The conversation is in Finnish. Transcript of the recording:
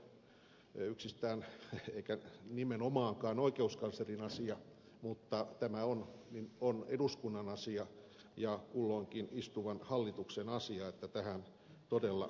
sehän ei ole yksistään eikä nimenomaankaan oikeuskanslerin asia mutta tämä on eduskunnan asia ja kulloinkin istuvan hallituksen asia että tähän todella puututaan